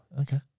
Okay